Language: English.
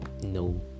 No